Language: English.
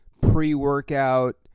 pre-workout